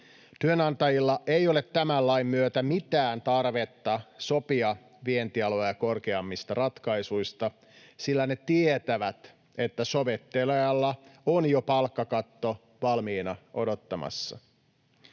Työnantajilla ei ole tämän lain myötä mitään tarvetta sopia vientialoja korkeammista ratkaisuista, sillä ne tietävät, että sovittelijalla on jo palkkakatto valmiina odottamassa.